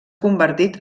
convertit